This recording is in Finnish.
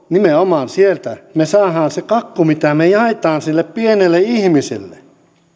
nimenomaan sieltä me saamme sen kakun mitä me jaamme sille pienelle ihmiselle